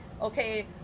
okay